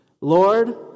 Lord